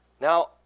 Now